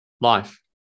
life